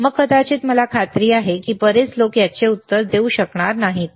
मग कदाचित मला खात्री आहे की बरेच लोक याचे उत्तर देऊ शकणार नाहीत